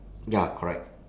ya correct